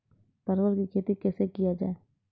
परवल की खेती कैसे किया जाय?